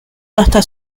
hasta